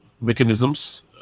mechanisms